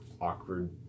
awkward